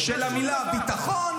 -- עם אפס הבנה בסיסית של המילה "ביטחון"